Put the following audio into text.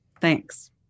Thanks